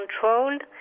controlled